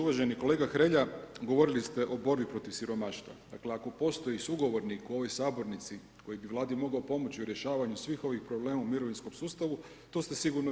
Uvaženi kolega Hrelja, govorili ste o borbi protiv siromaštva, dakle, ako postoji sugovornik u ovoj sabornici koji bi Vladi mogao pomoći u rješavanju svih ovih problema u mirovinskom sustavu, to ste sigurno vi.